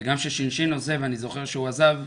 גם שש"ש עוזב, אני זוכר שהוא עזב,